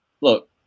Look